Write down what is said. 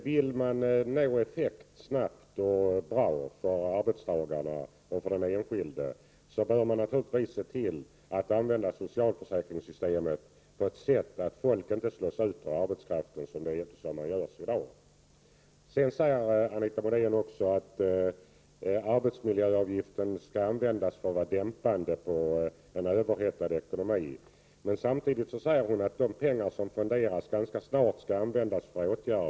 Vill man snabbt nå effekter som är bra för den enskilde, bör man naturligtvis se till att använda socialförsäkringssystemet på ett sådant sätt att människor inte slås ut från arbetsmarknaden så som sker i dag. Anita Modin säger också att arbetsmiljöavgiften verkar dämpande på en överhettad ekonomi. Samtidigt säger hon att de pengar som fonderas ganska snabbt skall användas för åtgärder.